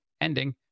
ending